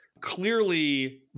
clearly